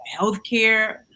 healthcare